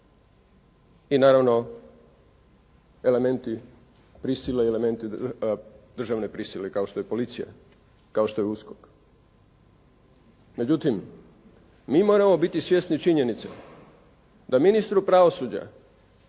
i naravno elementi državne prisile kao što je policija, kao što je USKOK. Međutim, mi moramo biti svjesni činjenice da ministru pravosuđa